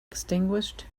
extinguished